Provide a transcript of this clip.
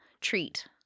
Treat